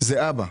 זה אבא.